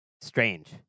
strange